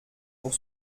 pour